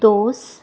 दोस